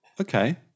okay